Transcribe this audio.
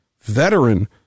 veteran